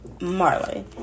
Marley